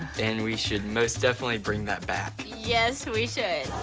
and we should most definitely bring that back. yes we should.